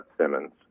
Simmons